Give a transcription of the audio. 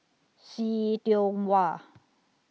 See Tiong Wah